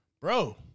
Bro